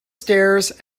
stairs